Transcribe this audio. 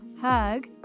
hug